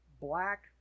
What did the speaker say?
black